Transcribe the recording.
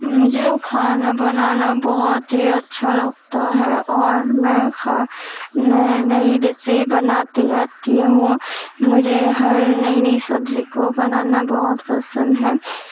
مجھے کھانا بنانا بہت ہی اچھا لگتا ہے اور میں کھا نئی نئی ڈشیں بناتی رہتی ہوں مجھے ہر نئی نئی سبزی کو بنانا بہت پسند ہے